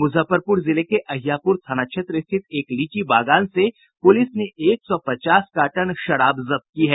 मुजफ्फरपुर जिले के अहियापुर थाना क्षेत्र स्थित एक लीची बगान से पुलिस ने एक सौ पचास कार्टन शराब जब्त की है